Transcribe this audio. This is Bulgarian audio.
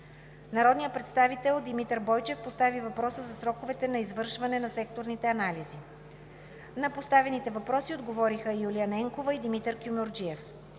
Народният представител Димитър Бойчев постави въпроса за сроковете на извършване на секторните анализи. На поставените въпроси отговориха Юлия Ненкова и Димитър Кюмюрджиев.